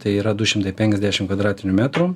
tai yra du šimtai penkiasdešim kvadratinių metrų